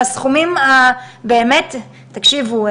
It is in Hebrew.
תקשיבו,